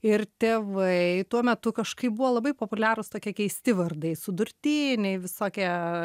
ir tėvai tuo metu kažkaip buvo labai populiarūs tokie keisti vardai sudurtiniai visokie